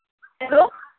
hello